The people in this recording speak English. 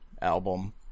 album